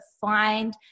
find